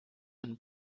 and